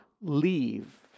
leave